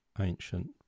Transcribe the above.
ancient